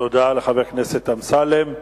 תודה לחבר הכנסת אמסלם.